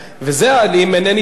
אם אינני טועה,